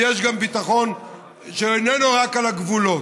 ויש גם ביטחון שאיננו רק על הגבולות.